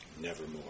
nevermore